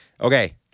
Okay